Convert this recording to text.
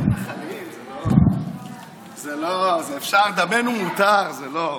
זה מתנחלים, זה לא, אפשר, דמנו מותר, זה לא.